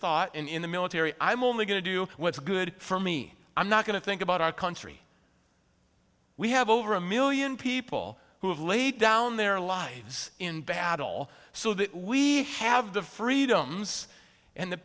thought in the military i'm only going to do what's good for me i'm not going to think about our country we have over a million people who have laid down their lives in battle so that we have the freedoms and the